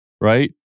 right